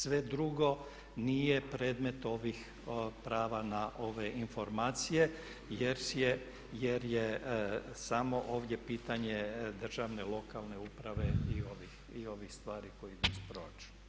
Sve drugo nije predmet ovih prava na ove informacije jer je samo ovdje pitanje državne lokalne uprave i ovih stvari koje idu iz proračuna.